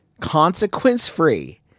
consequence-free